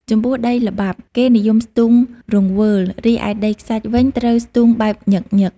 ចំពោះដីល្បាប់គេនិយមស្ទូងរង្វើល រីឯដីខ្សាច់វិញត្រូវស្ទូងបែបញឹកៗ។